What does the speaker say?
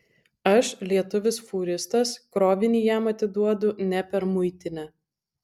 aš lietuvis fūristas krovinį jam atiduodu ne per muitinę